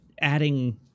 adding